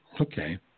Okay